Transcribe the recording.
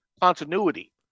continuity